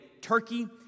Turkey